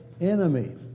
enemy